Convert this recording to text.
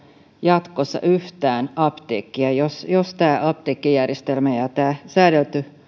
jatkossa yhtään apteekkia jos jos tämä apteekkijärjestelmä ja ja tämä säädelty